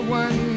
one